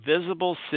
visible